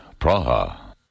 Praha